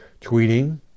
tweeting